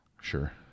Sure